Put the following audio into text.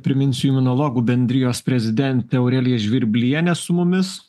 priminsiu imunologų bendrijos prezidentė aurelija žvirblienė su mumis